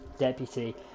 deputy